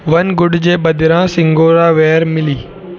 one गुड जे बदिरां सिंगोरावेर मिली